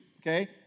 okay